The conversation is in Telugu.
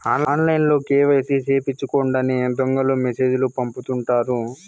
ఆన్లైన్లో కేవైసీ సేపిచ్చుకోండని దొంగలు మెసేజ్ లు పంపుతుంటారు